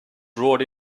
rode